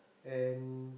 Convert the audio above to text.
and